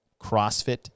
CrossFit